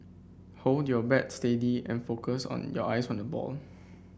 hold your bat steady and focus on your eyes on the ball